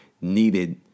needed